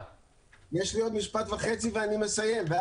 יש לי עוד משפט וחצי לסיים -- בבקשה אדוני.